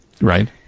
Right